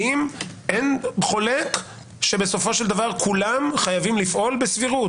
האם אין חולק שבסופו של דבר כולם חייבים לפעול בסבירות.